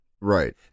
Right